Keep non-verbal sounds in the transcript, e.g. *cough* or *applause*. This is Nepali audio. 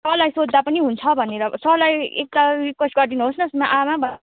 सरलाई सोध्दा पनि हुन्छ भनेर सरलाई एकताल रिक्वेस्ट गरिदिनु होस् न *unintelligible*